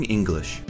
English